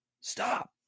Stop